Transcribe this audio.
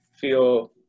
feel